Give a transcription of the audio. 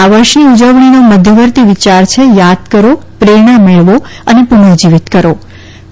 આ વર્ષની ઉજવણીનો મધ્યવર્તી વિચાર છે ધ્યાદ કરો પ્રેરણા મેળવો અને પુનર્જીવીત કરો